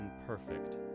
imperfect